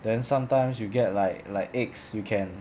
then sometimes you get like like eggs you can